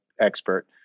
Expert